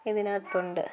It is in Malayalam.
ഇതിനകത്തുണ്ട്